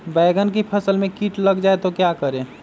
बैंगन की फसल में कीट लग जाए तो क्या करें?